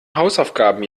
hausaufgaben